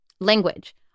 language